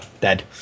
dead